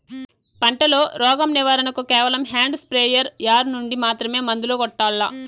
పంట లో, రోగం నివారణ కు కేవలం హ్యాండ్ స్ప్రేయార్ యార్ నుండి మాత్రమే మందులు కొట్టల్లా?